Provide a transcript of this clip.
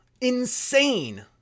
Insane